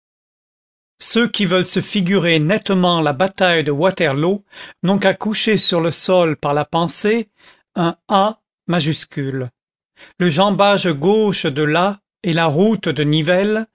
ceux qui veulent se figurer nettement la bataille de waterloo n'ont qu'à coucher sur le sol par la pensée un a majuscule le jambage gauche de l'a est la route de nivelles